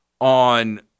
on